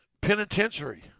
Penitentiary